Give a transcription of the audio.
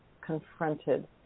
confronted